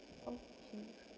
okay